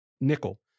Nickel